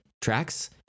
tracks